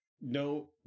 no